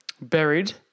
Buried